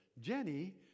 Jenny